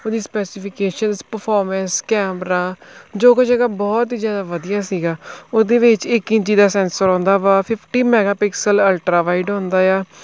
ਉਹਦੀ specifications performance camera ਜੋ ਕੁਝ ਹੈਗਾ ਬਹੁਤ ਹੀ ਜ਼ਿਆਦਾ ਵਧੀਆ ਸੀਗਾ ਉਹਦੇ ਵਿੱਚ ਇੱਕ ਇੰਚੀ ਦਾ ਸੈਂਸਰ ਆਉਂਦਾ ਵਾ fifty megapixel ultra wide ਹੁੰਦਾ ਆ